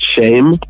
shame